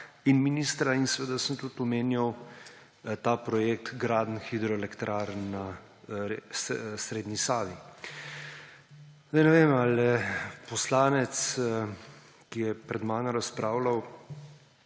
in ministra. Seveda sem omenjal tudi projekt gradenj hidroelektrarn na srednji Savi. Ne vem, ali je poslanec, ki je pred mano razpravljal,